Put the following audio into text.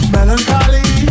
Melancholy